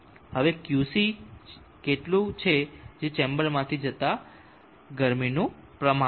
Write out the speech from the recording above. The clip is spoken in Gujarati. હવે Qc કેટલું છે જે ચેમ્બરમાંથી જતા ગરમીનું પ્રમાણ છે